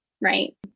right